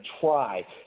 try